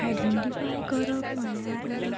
identify करप म्हळ्यार